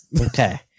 Okay